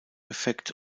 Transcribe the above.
effekt